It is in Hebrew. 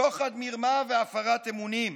שוחד, מרמה והפרת אמונים.